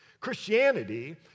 Christianity